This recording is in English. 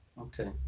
okay